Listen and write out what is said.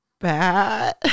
bad